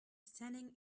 standing